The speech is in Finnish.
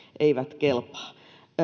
eivät kelpaa